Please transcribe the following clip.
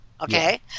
Okay